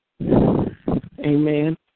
Amen